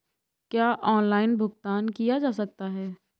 क्या ऑनलाइन भुगतान किया जा सकता है?